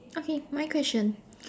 okay my question